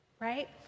right